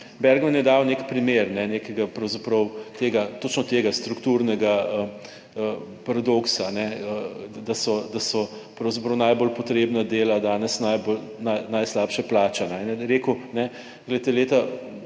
Bergman je dal nek primer nekega pravzaprav tega, točno tega strukturnega paradoksa, da so pravzaprav najbolj potrebna dela danes najslabše plačana. In je rekel, glejte,